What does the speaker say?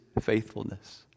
faithfulness